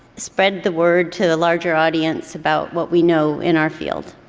spread the word to the larger audience about what we know in our field.